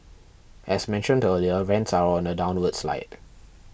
as mentioned earlier rents are on a downward slide